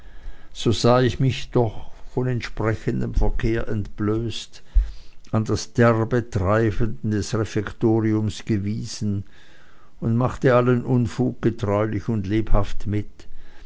so sah ich mich doch von entsprechendem verkehr entblößt an das derbe treiben des refektoriums gewiesen und machte allen unfug getreulich und lebhaft mit